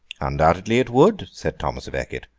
undoubtedly it would said thomas a becket,